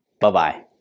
Bye-bye